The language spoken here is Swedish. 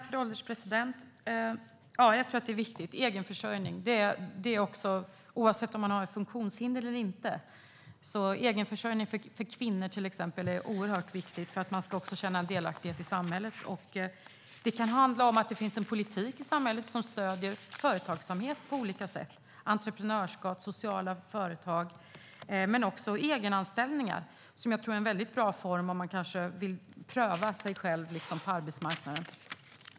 Fru ålderspresident! Egenförsörjning är viktigt. Oavsett om man har ett funktionshinder eller inte är egenförsörjning för till exempel kvinnor oerhört viktigt för att man också ska känna delaktighet i samhället. Det kan handla om att det förs en politik som på olika sätt stöder företagsamhet, entreprenörskap, sociala företag. Det gäller också egenanställningar som är en väldigt bra form om man vill pröva sig själv på arbetsmarknaden.